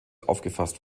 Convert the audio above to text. aufgefasst